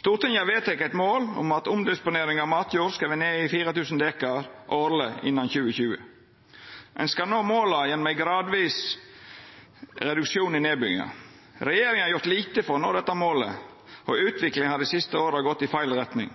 Stortinget har vedteke eit mål om at omdisponering av matjord skal vera nede i 4 000 dekar årleg innan 2020. Ein skal nå måla gjennom ein gradvis reduksjon i nedbygginga. Regjeringa har gjort lite for å nå dette målet, og utviklinga har dei siste åra gått i feil retning.